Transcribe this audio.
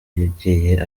yagiye